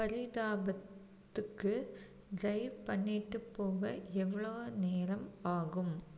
பரிதாபத்துக்கு drive பண்ணிகிட்டுப் போக எவ்வளோ நேரம் ஆகும்